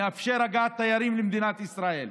נאפשר הגעת תיירים למדינת ישראל.